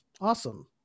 awesome